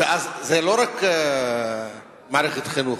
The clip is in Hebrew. זה לא רק מערכת חינוך,